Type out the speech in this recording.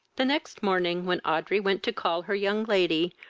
the next morning, when audrey went to call her young lady,